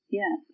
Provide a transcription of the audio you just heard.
yes